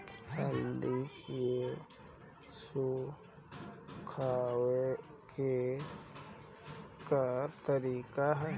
हल्दी के सुखावे के का तरीका ह?